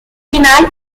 final